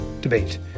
debate